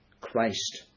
Christ